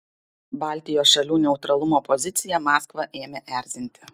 baltijos šalių neutralumo pozicija maskvą ėmė erzinti